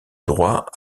droit